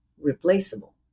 replaceable